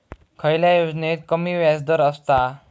खयल्या योजनेत कमी व्याजदर असता?